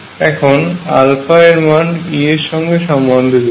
এখন এর মান E এর সঙ্গে সম্বন্ধযুক্ত